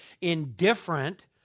indifferent